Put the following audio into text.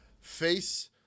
face